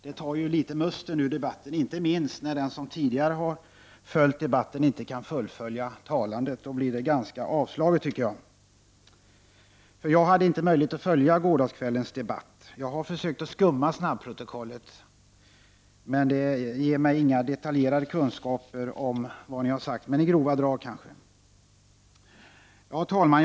Det tar musten ur debatten, inte minst när den som tidigare följt debatten inte kan fullfölja den. Då blir det ganska avslaget. Jag hade inte möjlighet att följa gårdagskvällens debatt. Jag har försökt att skumma snabbprotokollet, men det ger mig inga detaljkunskaper om vad ni har sagt. Herr talman!